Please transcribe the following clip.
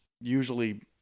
usually